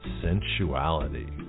sensuality